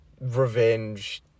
revenge